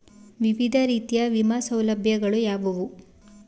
ವಿವಿಧ ರೀತಿಯ ವಿಮಾ ಸೌಲಭ್ಯಗಳು ಯಾವುವು?